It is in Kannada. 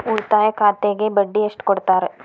ಉಳಿತಾಯ ಖಾತೆಗೆ ಬಡ್ಡಿ ಎಷ್ಟು ಕೊಡ್ತಾರ?